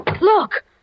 Look